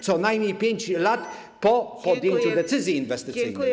Co najmniej 5 lat po podjęciu decyzji inwestycyjnej.